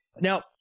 Now